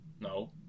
no